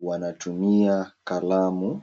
.Wanatumia kalamu.